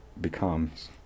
becomes